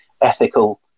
ethical